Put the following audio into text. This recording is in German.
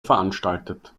veranstaltet